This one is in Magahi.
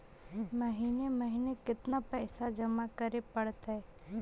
महिने महिने केतना पैसा जमा करे पड़तै?